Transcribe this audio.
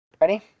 Ready